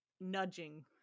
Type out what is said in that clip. nudging